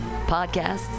podcasts